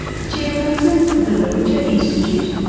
the chairperson of the lowitja institute.